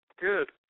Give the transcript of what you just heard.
Good